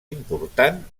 important